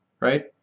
right